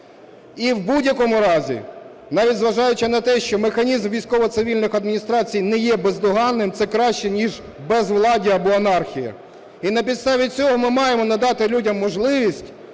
І в будь-якому разі, навіть зважаючи на те, що механізм військових цивільних адміністрацій не є бездоганним, це краще ніж безвладдя або анархія. І на підставі цього, ми маємо надати людям можливість